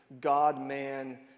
God-man